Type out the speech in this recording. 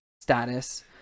status